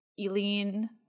eileen